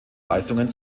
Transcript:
leistungen